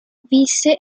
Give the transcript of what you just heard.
visse